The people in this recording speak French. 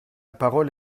parole